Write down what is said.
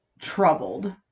troubled